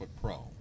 Pro